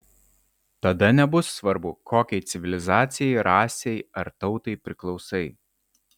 tada nebus svarbu kokiai civilizacijai rasei ar tautai priklausai